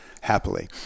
happily